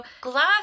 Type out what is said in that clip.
Glass